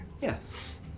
yes